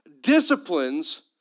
disciplines